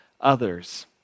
others